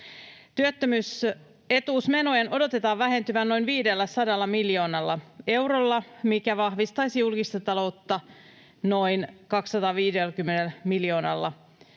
Työttömyysetuusmenojen odotetaan vähentyvän noin 500 miljoonalla eurolla, mikä vahvistaisi julkista taloutta noin 250 miljoonalla eurolla